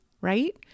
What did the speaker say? Right